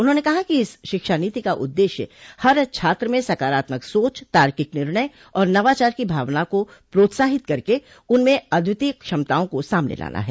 उन्होंने कहा कि इस शिक्षा नीति का उददेश्य हर छात्र में सकारात्मक सोच तार्किक निर्णय और नवाचार की भावना को प्रोत्साहित करके उनमें अद्वितीय क्षमताओं को सामने लाना है